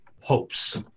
hopes